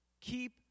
keep